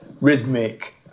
rhythmic